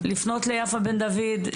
לפנות ליפה בן דויד,